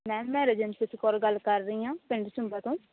ma'am ਮੈਂ ਰਣਜੀਤ ਕੌਰ ਗੱਲ ਕਰ ਰਹੀ ਹਾਂ ਪਿੰਡ ਸੰਘਾ ਤੋਂ